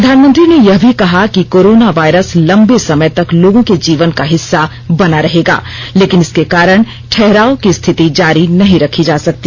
प्रधानमंत्री ने यह भी कहा कि कोरोना वायरस लंबे समय तक लोगों के जीवन का हिस्सा बना रहेगा लेकिन इसके कारण ठहराव की स्थिति जारी नहीं रखी जा सकती